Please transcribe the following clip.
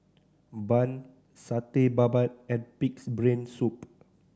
bun Satay Babat and Pig's Brain Soup